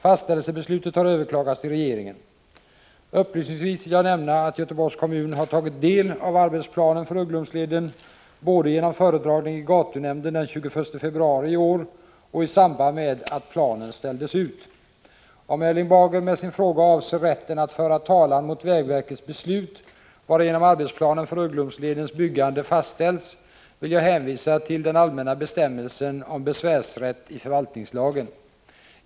Fastställelsebeslutet har överklagats till regeringen. Upplysningsvis vill jag nämna att Göteborgs kommun har tagit del av arbetsplanen för Ugglumsleden både genom föredragning i gatunämnden den 21 februari i år och i samband med att planen ställdes ut. Om Erling Bager med sin fråga avser rätten att föra talan mot vägverkets beslut varigenom arbetsplanen för Ugglumsledens byggande fastställts vill jag hänvisa till den allmänna bestämmelsen om besvärsrätt i förvaltningslagen.